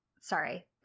sorry